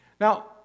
Now